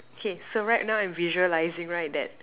K so right now I'm visualizing right that